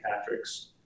Patrick's